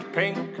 pink